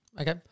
Okay